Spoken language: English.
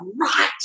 right